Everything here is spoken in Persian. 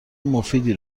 مفیدی